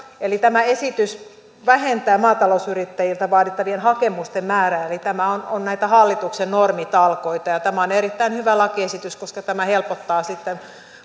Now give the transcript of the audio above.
tämä esitys vähentää maatalousyrittäjiltä vaadittavien hakemusten määrää eli tämä on näitä hallituksen normitalkoita ja tämä on erittäin hyvä lakiesitys koska tämä helpottaa sitten